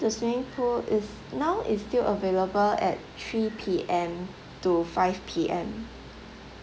the swimming pool is now is still available at three P_M to five P_M